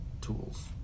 tools